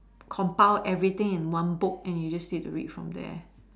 compile everything in one book and you just need to read from there